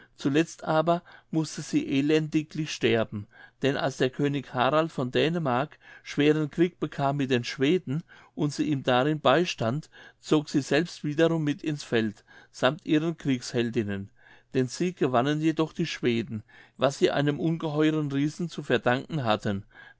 zuletzt aber mußte sie elendiglich sterben denn als der könig harald von dänemark schweren krieg bekam mit den schweden und sie ihm darin beistand zog sie selbst wiederum mit ins feld sammt ihren kriegsheldinnen den sieg gewannen jedoch die schweden was sie einem ungeheuren riesen zu verdanken hatten